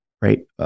right